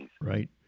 Right